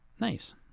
Nice